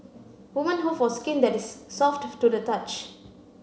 women hope for skin that is soft to the touch